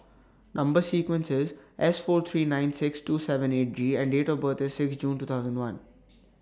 Number sequence IS S four three nine six two seven eight G and Date of birth IS six June two thousand and one